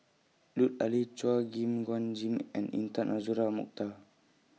Lut Ali Chua Gim Guan Jim and Intan Azura Mokhtar